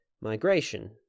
migration